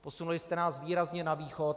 Posunuli jste nás výrazně na Východ.